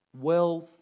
wealth